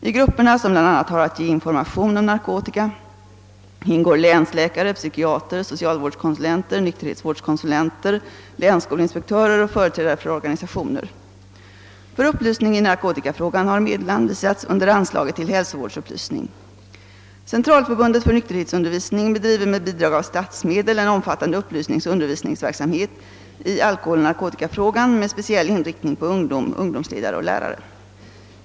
I grupperna, som bl.a. har att ge information om narkotika, ingår länsläkare, psykiater, socialvårdskonsulenter, nykterhetsvårdskonsulenter, länsskolinspektörer och företrädare för organisationer. För upplysning i narkotikafrågan har medel anvisats under anslaget till hälsovårdsupplysning. Centralförbundet för nykterhetsundervisning bedriver med bidrag av statsmedel en omfattande upplysningsoch undervisningsverksamhet i alkoholoch narkotikafrågan med speciell inriktning på ungdom, ungdomsledare och lärare.